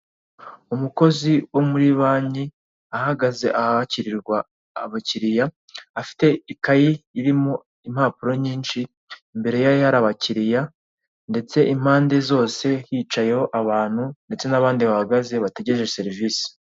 Umukozi wo muri banki ahagaze aha kirirwa aba kiriya, afite ikayi irimo impapuro nyinshi mbere ye hari abakiriya ndetse impande zose hicayeho abantu ndetse n'abandi bahagaze bategereje serivisi.